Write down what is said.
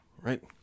Right